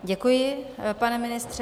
Děkuji, pane ministře.